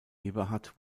eberhardt